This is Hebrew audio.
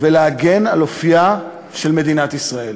ולהגן על אופייה של מדינת ישראל.